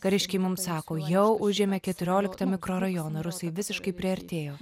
kariškiai mums sako jau užėmė keturioliktą mikrorajoną rusai visiškai priartėjo